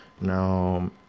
now